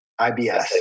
IBS